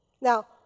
Now